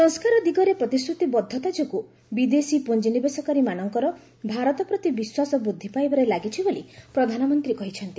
ସଂସ୍କାର ଦିଗରେ ପ୍ରତିଶ୍ରତି ବଦ୍ଧତା ଯୋଗୁଁ ବିଦେଶୀ ପୁଞ୍ଜିନିବେଶକାରୀ ମାନଙ୍କର ଭାରତ ପ୍ରତି ବିଶ୍ୱାସ ବୃଦ୍ଧି ପାଇବାରେ ଲାଗିଛି ବୋଲି ପ୍ରଧାନମନ୍ତ୍ରୀ କହିଛନ୍ତି